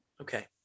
Okay